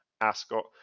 Ascot